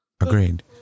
Agreed